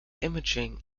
imaging